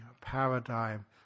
paradigm